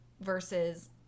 versus